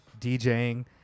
DJing